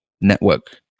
network